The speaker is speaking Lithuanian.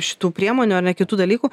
šitų priemonių ane kitų dalykų